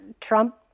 Trump